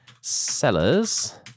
sellers